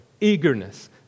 eagerness